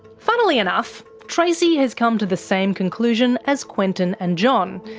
funnily enough, tracey has come to the same conclusion as quentin and john,